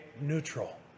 neutral